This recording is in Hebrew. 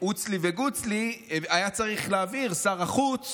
עוץ לי וגוץ לי היה צריך להבהיר, שר החוץ